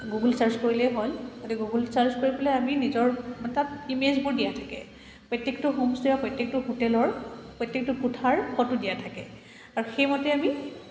Google search কৰিলেই হ'ল গতিক গুগল ছাৰ্চ কৰি পেলাই আমি নিজৰ অৰ্থাৎ ইমেজবোৰ দিয়া থাকে প্ৰত্যেকটো হোমষ্টে' আৰু প্ৰত্যেকটো হোটেলৰ প্ৰত্যেকটো কোঠাৰ ফটো দিয়া থাকে আৰু সেইমতে আমি